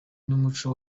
n’umuco